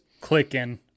clicking